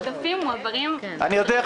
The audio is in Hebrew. העודפים מועברים --- אני יודע איך